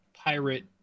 pirate